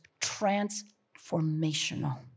transformational